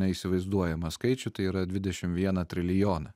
neįsivaizduojamą skaičių tai yra dvidešim vieną trilijoną